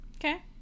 Okay